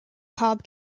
cobb